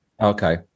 Okay